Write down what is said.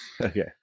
Okay